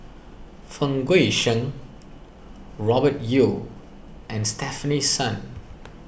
Fang Guixiang Robert Yeo and Stefanie Sun